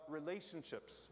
relationships